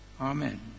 Amen